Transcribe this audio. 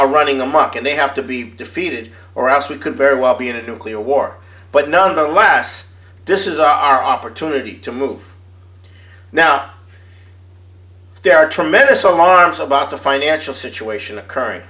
are running amok and they have to be defeated or else we could very well be in a nuclear war but nonetheless this is our opportunity to move now there are tremendous alarms about the financial situation occurring